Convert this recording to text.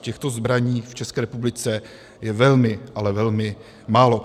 Těchto zbraní je v České republice velmi, ale velmi, málo.